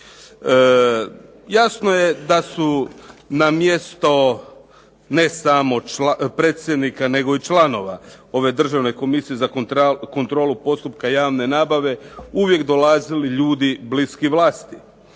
Jasno je da su na mjesto ne samo predsjednika nego i članova ove Državne komisije za kontrolu postupka javne nabave uvijek dolazili ljudi bliski vlasti.